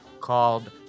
called